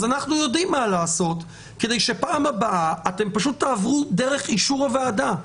אז אנחנו יודעים מה לעשות כדי שבפעם הבאה אתם תעברו דרך אישור הוועדה.